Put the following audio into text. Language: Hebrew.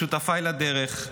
לשותפיי לדרך,